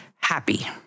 happy